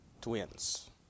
twins